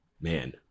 man